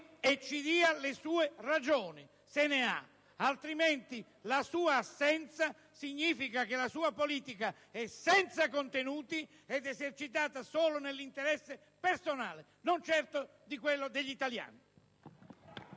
e ci dia le sue ragioni, se ne ha. Altrimenti la sua assenza significherà che la sua politica è senza contenuti ed è esercitata solo nell'interesse personale, non certo degli italiani!